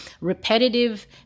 repetitive